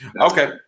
Okay